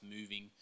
moving